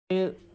ഏഴ്